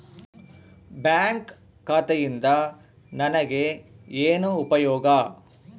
Bank ಖಾತೆಯಿಂದ ನನಗೆ ಏನು ಉಪಯೋಗ?